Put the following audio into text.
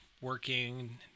working